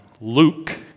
Luke